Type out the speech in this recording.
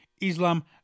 Islam